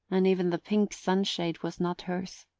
and even the pink sunshade was not hers.